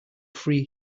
free